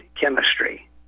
chemistry